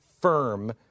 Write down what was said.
firm